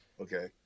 okay